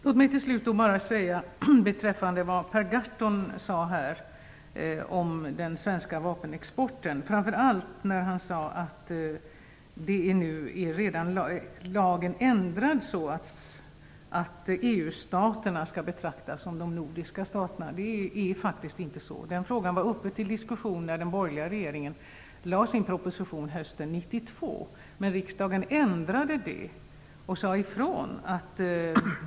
Låt mig till slut på grund av att Per Gahrton sade att lagen om den svenska vapenexporten redan är ändrad, så att EU-staterna skall betraktas som de nordiska staterna, säga att det faktiskt inte är så. Den frågan var uppe till diskussion när den borgerliga regeringen lade fram sin proposition hösten 1992. Men riksdagen ändrade förslaget och sade ifrån.